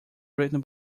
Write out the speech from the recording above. written